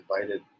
invited